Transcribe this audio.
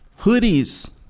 hoodies